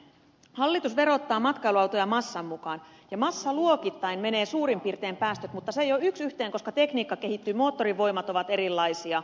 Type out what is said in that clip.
hallitus verottaa matkailuautoja massan mukaan ja massaluokittain menevät suurin piirtein päästöt mutta se ei ole yksi yhteen koska tekniikka kehittyy moottorivoimat ovat erilaisia